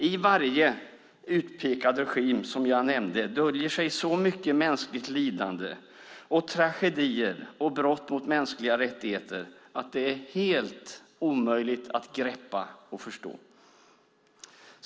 I varje utpekad regim som jag nämnde döljer sig så mycket mänskligt lidande, tragedier och brott mot mänskliga rättigheter att det är helt omöjligt att greppa och förstå.